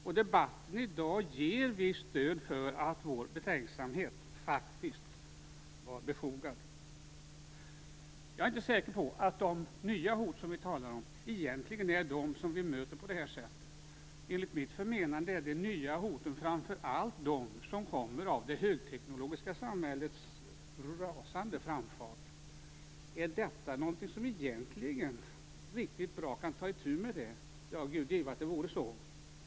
Och debatten i dag ger visst stöd för att vår betänksamhet faktiskt var befogad. Jag är inte säker på att de nya hot som vi talar om egentligen är de som vi möter på det här sättet. Enligt mitt förmenande är de nya hoten framför allt de som kommer av det högteknologiska samhällets rasande framfart. Är detta någonting som egentligen riktigt bra kan ta itu med det? Gud give att det vore så.